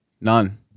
None